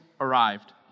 arrived